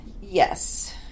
Yes